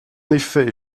effet